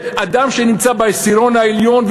שאדם שנמצא בעשירון העליון,